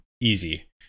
easy